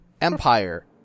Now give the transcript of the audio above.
Empire